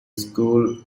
school